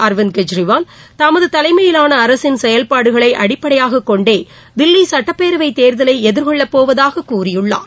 அரவிந்த் செஜ்ரிவால் தமது தலைமையிலான அரசின் செயல்பாடுகளை அடிப்படையாகக் கொண்டே தில்லி சுட்டப்பேரவைத் தேர்தலை எதிர்கொள்ளப்போவதாகக் கூறியுள்ளார்